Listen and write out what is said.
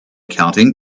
counting